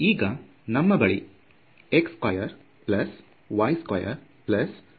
ಈಗ ನಮ್ಮ ಬಳಿ x2 y2 z2 ಫುನಕ್ಷನ್ ಇದೆ